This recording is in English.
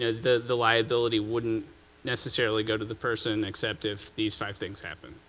ah the the liability wouldn't necessarily go to the person, except if these five things happen.